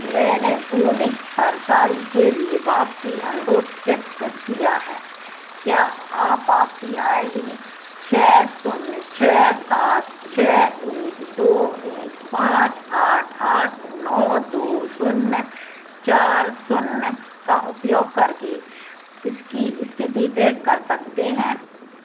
मैंने वूनिक पर साड़ी के लिए वापसी अनुरोध प्रस्तुत किया हैं क्या आप वापसी आई डी छः शून्य छः सात छः एक दो एक पाँच आठ आठ नौ दो शून्य चार शून्य का उपयोग करके इसकी स्थिति ट्रैक कर सकते हैं